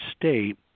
state